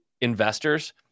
investors